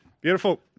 Beautiful